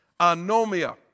Anomia